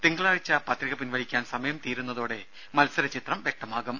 തിങ്കളാഴ്ച പത്രിക പിൻവലിക്കാൻ സമയം തീരുന്നതോടെ മത്സര ചിത്രം വ്യക്തമാകും